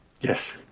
Yes